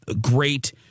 great